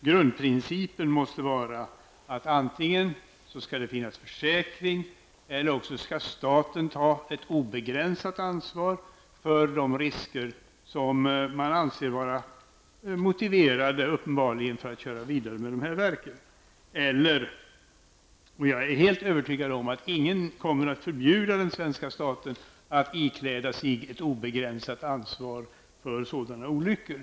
Grundprincipen måste vara att antingen skall det finnas försäkring eller också skall staten ta ett obegränsat ansvar för de risker som man uppenbarligen anser vara motiverade för att köra vidare med de här verken. Jag är helt övertygad om att ingen kommer att förbjuda den svenska staten att ikläda sig ett obegränsat ansvar för sådana olyckor.